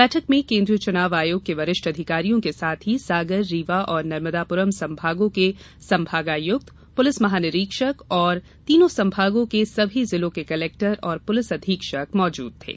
बैठक में केंद्रीय चुनाव आयोग के वरिष्ठ अधिकारियों के साथ ही सागर रीवा और नर्मदापुरम संभागों के संभागायुक्त पुलिस महानिरीक्षक तथा तीनों संभागों के सभी जिलों के कलेक्टर और पुलिस अधीक्षक मौजूद थे